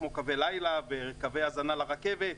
כמו קווי לילה וקווי הזנה לרכבת.